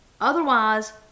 Otherwise